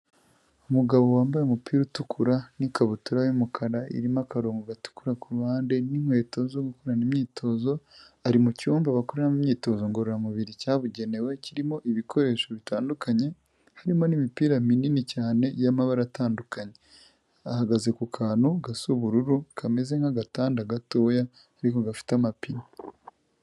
Umugabo wambaye umupira utukura n'ikabutura y'umukara irimo akarongo gatukura ku ruhande n'inkweto zo gukorana imyitozo, ari mu cyumba bakoreramo imyitozo ngororamubiri cyabugenewe kirimo ibikoresho bitandukanye, harimo n'imipira minini cyane y'amabara atandukanye. Ahagaze ku kantu gasa ubururu kameze nk'agatanda gatoya ariko gafite amapine.